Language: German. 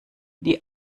die